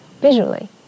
visually